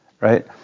right